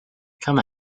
come